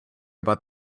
about